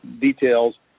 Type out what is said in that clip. details